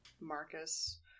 Marcus